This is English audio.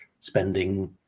spending